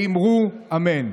ואמרו אמן".